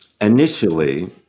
initially